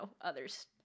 others